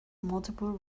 multiple